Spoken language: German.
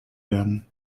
werden